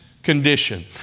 Condition